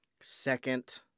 second